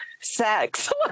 Sex